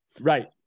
Right